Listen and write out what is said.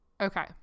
okay